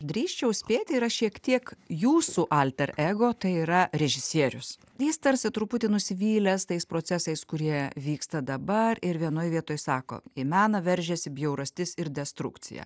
drįsčiau spėti yra šiek tiek jūsų alter ego tai yra režisierius jis tarsi truputį nusivylęs tais procesais kurie vyksta dabar ir vienoj vietoj sako į meną veržiasi bjaurastis ir destrukcija